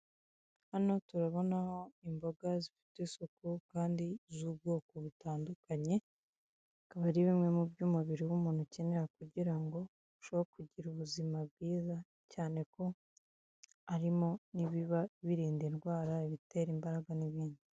Hano turabonaho imboga zifite usuku kandi z'ubwoko butandukanye, akaba ari bimwe mu byo umubiri w'umuntu ukenera kugira ngo arusheho kugira ubuzima bwiza, cyane ko harimo n'ibiba birindwa indwara, ibitera imbaraga n'ibindi.